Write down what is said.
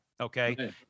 okay